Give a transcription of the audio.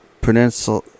Peninsula